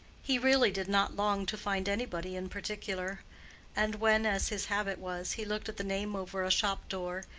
he really did not long to find anybody in particular and when, as his habit was, he looked at the name over a shop door,